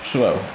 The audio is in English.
Slow